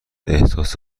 احساس